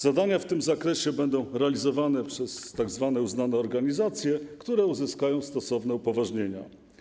Zadania w tym zakresie będą realizowane przez tzw. uznane organizacje, które uzyskają stosowne upoważnienia.